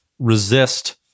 resist